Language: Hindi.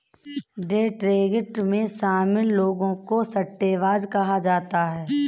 डे ट्रेडिंग में शामिल लोगों को सट्टेबाज कहा जाता है